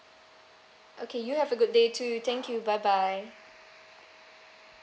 okay you have a good day too thank you bye bye